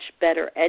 better